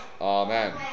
Amen